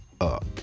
up